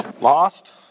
lost